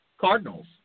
Cardinals